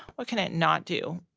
what can it not do?